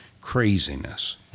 craziness